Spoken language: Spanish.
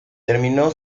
terminó